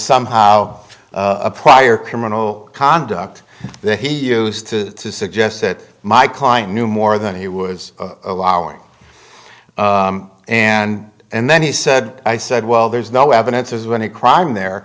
somehow a prior criminal conduct that he used to suggest that my client knew more than he was allowing and and then he said i said well there's no evidence as when the crime there